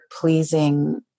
pleasing